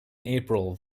april